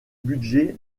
budget